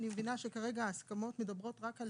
אני מבינה שכרגע ההסכמות מדברות רק על